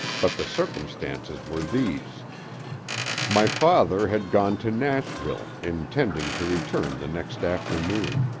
but the circumstances were these my father had gone to nashville, intending to return the next afternoon.